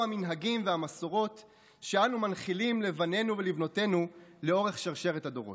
המנהגים והמסורות שאנו מנחילים לבנינו ולבנותינו לאורך שרשרת הדורות.